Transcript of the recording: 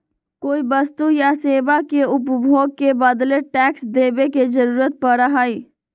कोई वस्तु या सेवा के उपभोग के बदले टैक्स देवे के जरुरत पड़ा हई